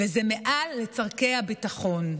וזה מעל צורכי הביטחון.